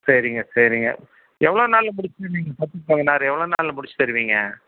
சரிங்க சரிங்க எவ்வளோ நாளில் முடிச்சித் தருவீங்க பத்துக்கு பதினாறு எவ்வளோ நாளில் முடிச்சித் தருவீங்க